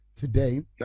today